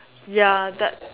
ya that